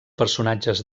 personatges